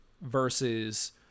versus